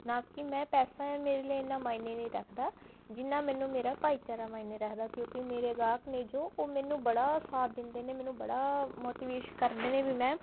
ਨਾ ਕਿ ਮੈਂ ਪੈਸਾ ਮੇਰੇ ਲਈ ਇੰਨਾਂ ਮਾਇਨੇ ਨਹੀਂ ਰੱਖਦਾ ਜਿੰਨਾਂ ਮੈਨੂੰ ਮੇਰਾ ਭਾਈਚਾਰਾ ਮਾਇਨੇ ਰੱਖਦਾ ਕਿਉਂਕਿ ਮੇਰੇ ਗਾਹਕ ਨੇ ਜੋ ਉਹ ਮੈਨੂੰ ਬੜਾ ਸਾਥ ਦਿੰਦੇ ਨੇ ਮੈਨੂੰ ਬੜਾ ਮੋਟੀਵੇਸ਼ਨ ਕਰਦੇ ਨੇ ਵੀ ਮੈਮ